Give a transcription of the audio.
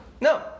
no